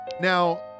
Now